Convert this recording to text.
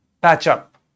patch-up